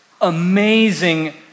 amazing